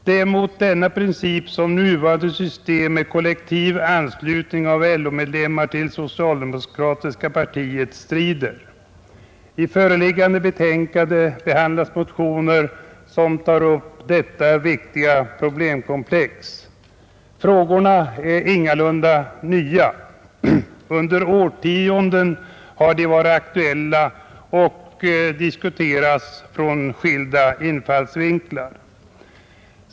Det är mot denna princip som det nuvarande systemet med kollektiv anslutning av medlemmar till det socialdemokratiska partiet strider. I föreliggande betänkande behandlas motioner som tar upp detta viktiga problemkomplex. Frågorna är ingalunda nya. Under årtionden har de varit aktuella och diskuterats ur skilda infallsvinklar.